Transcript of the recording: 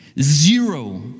zero